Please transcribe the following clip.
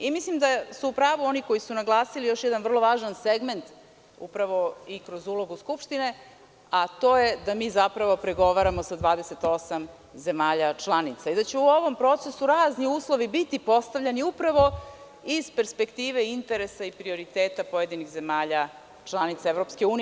Mislim da su u pravu oni koji su naglasili još jedan vrlo važan segment upravo kroz ulogu Skupštine, a to je da mi zapravo pregovaramo sa 28 zemalja članica i da će u ovom procesu razni uslovi biti postavljeni upravo iz perspektive interesa i prioriteta pojedinih zemalja članica EU.